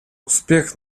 успех